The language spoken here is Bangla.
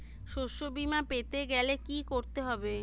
শষ্যবীমা পেতে গেলে কি করতে হবে?